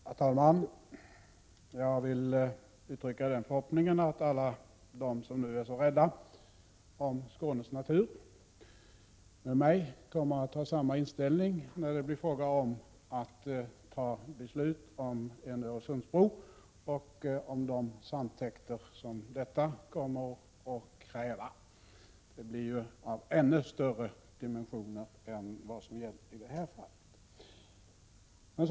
Herr talman! Jag vill uttrycka den förhoppningen att alla de som nu är så rädda om Skånes natur kommer att ha samma inställning som jag när det blir fråga om att fatta beslut om en Öresundsbro — och de sandtäkter som byggandet av denna bro kommer att kräva. Det blir då fråga om täkter av ännu större dimensioner än vad som gällt i det aktuella fallet.